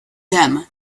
them